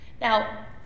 Now